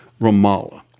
Ramallah